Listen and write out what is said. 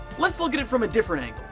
let's look at it from a different angle,